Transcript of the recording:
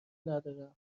ندارم